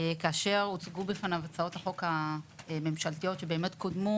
כאשר הוצגו בפניו הצעות החוק הממשלתיות שקודמו